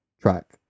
track